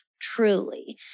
truly